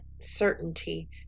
certainty